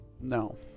No